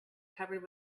covered